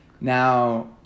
Now